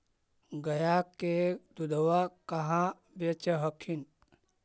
गया के दूधबा कहाँ बेच हखिन?